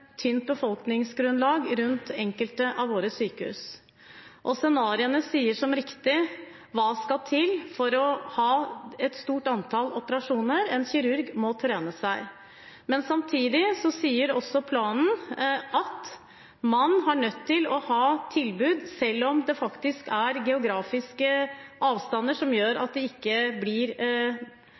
Hva skal til for å ha et stort antall operasjoner – en kirurg må trene seg? Samtidig sier også planen at man er nødt til å ha tilbud selv om det faktisk er geografiske avstander som gjør at det ikke blir